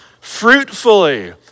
fruitfully